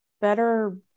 better